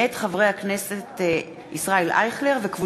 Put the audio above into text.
מאת חברי הכנסת ישראל אייכלר, דוד